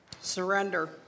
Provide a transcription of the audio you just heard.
surrender